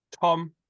Tom